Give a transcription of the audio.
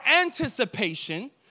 anticipation